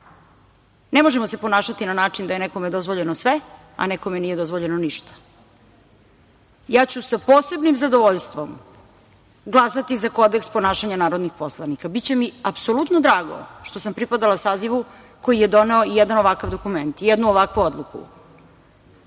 možemo se ponašati na način da je nekome dozvoljeno sve, a nekome nije dozvoljeno ništa. Ja ću sa posebnim zadovoljstvom glasati za kodeks ponašanja narodnih poslanika. Biće mi apsolutno drago što sam pripadala sazivu koji je doneo jedan ovakav dokument, jednu ovakvu odluku